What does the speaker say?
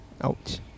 Ouch